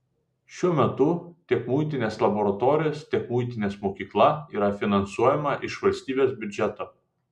šiuo metu tiek muitinės laboratorijos tiek muitinės mokykla yra finansuojama iš valstybės biudžeto